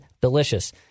delicious